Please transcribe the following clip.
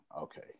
Okay